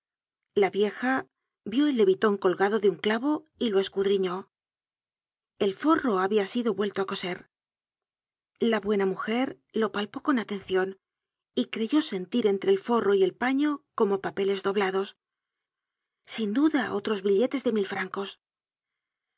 la vieja vió el leviton colgado de un clavo y lo escudriñó el forro habia silo vuelto a coser la buena mujer lo palpó con atencion y creyó sentir entre el forro y el paño como papeles doblados sin duda otros billetes de mil francos